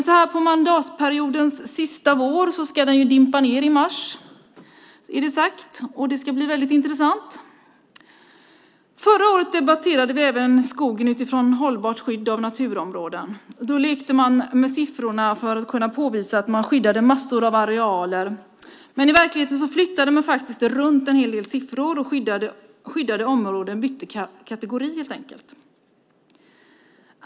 Så här under mandatperiodens sista vår ska den dimpa ned i mars, och det ska bli intressant. Förra året debatterade vi även skogen utifrån ett hållbart skydd av naturområden. Då lekte man med siffrorna för att kunna påvisa att man skyddade massor av arealer. Men i verkligheten flyttade man runt en hel del siffror, och skyddade områden bytte helt enkelt kategori.